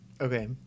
Okay